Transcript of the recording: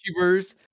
youtubers